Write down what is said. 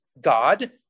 God